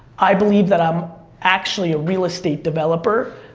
i believe that i'm actually a real estate developer,